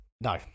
No